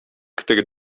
który